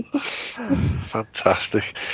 Fantastic